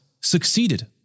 succeeded